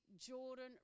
Jordan